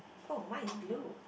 oh mine is blue